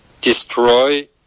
destroy